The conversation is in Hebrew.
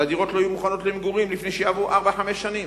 והדירות לא יהיו מוכנות למגורים לפני שיעברו ארבע-חמש שנים.